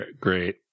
Great